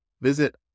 Visit